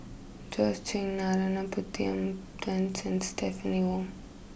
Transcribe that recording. Georgette Chen Narana Putumaippittan and Stephanie Wong